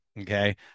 Okay